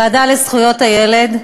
הוועדה לזכויות הילד,